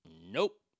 Nope